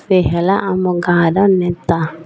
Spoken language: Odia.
ପେହଲା ଆମ ଗାଁର ନେତା